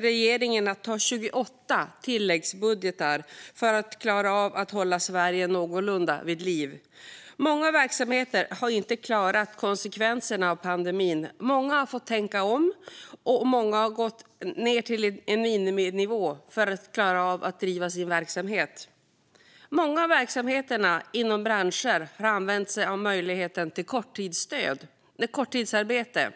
regeringen att ta fram 28 tilläggsbudgetar för att klara av att hålla Sverige någorlunda vid liv. Många verksamheter har inte klarat konsekvenserna av pandemin, många har fått tänka om och många har gått ned till en miniminivå för att klara av att driva sin verksamhet. Många av verksamheterna inom olika branscher har använt sig av möjligheten till korttidsarbete.